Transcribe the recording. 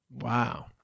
Wow